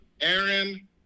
Aaron